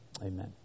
Amen